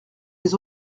les